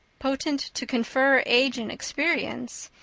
potent to confer age and experience,